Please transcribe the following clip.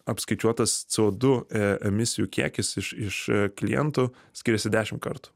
apskaičiuotas co du emisijų kiekis iš iš klientų skiriasi dešimt kartų